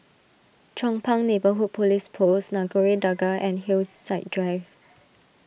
Chong Pang Neighbourhood Police Post Nagore Dargah and Hillside Drive